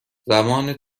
زمان